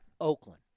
Oakland